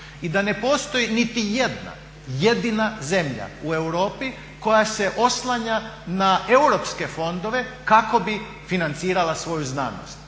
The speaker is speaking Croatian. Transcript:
I da ne postoji niti jedna jedina zemlja u Europi koja se oslanja na europske fondove kako bi financirala svoju znanost.